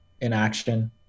inaction